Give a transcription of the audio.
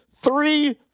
Three